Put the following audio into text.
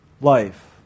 life